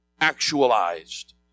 actualized